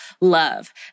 love